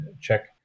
check